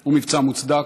הוא מבצע מוצדק,